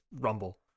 rumble